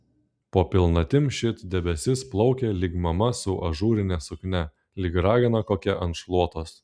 po pilnatim šit debesis plaukė lyg mama su ažūrine suknia lyg ragana kokia ant šluotos